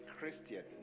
Christian